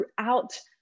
throughout